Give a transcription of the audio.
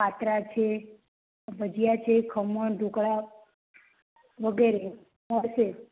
પાતરા છે ભજીયા છે ખમણ ઢોકળા વગેરે હોય છે